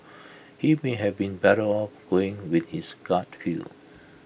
he may have been better off going with his gut feel